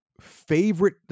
favorite